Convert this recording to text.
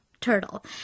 Turtle